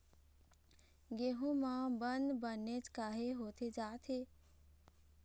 गेहूं म बंद बनेच काहे होथे जाथे?